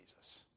Jesus